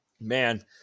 man